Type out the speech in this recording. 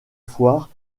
foire